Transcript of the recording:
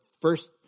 first